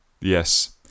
yes